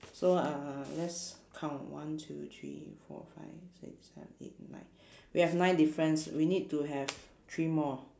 so uh let's count one two three four five six seven eight nine we have nine difference we need to have three more